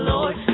Lord